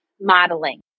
modeling